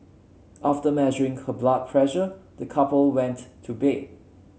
after measuring her blood pressure the couple went to bed